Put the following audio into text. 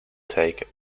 take